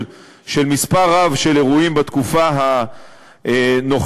מספר רב של אירועים בתקופה הנוכחית.